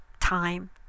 time